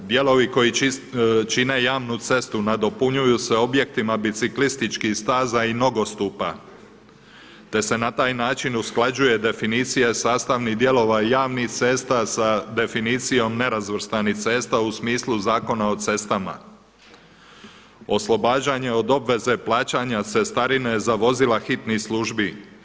Dijelovi koji čine javnu cestu nadopunjuju se objektima, biciklističkih staza i nogostupa, te se na taj način usklađuje definicije sastavnih dijelova i javnih cesta sa definicijom nerazvrstanih cesta u smislu Zakona o cestama, oslobađanje od obveze plaćanja cestarine za vozila hitnih službi.